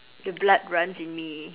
the blood runs in me